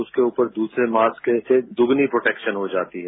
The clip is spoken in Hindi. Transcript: उसके ऊपर दूसरे मास्क से दोगुनी प्रोटेक्शन हो जाती है